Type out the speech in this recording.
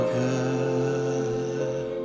good